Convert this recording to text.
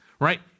right